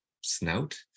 snout